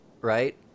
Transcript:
Right